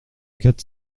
quatre